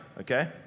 okay